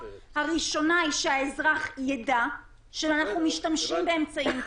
הראשונה היא שהאזרח ידע שאנחנו משתמשים באמצעים כאלו.